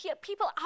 people